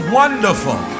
wonderful